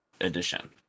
edition